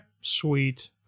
sweet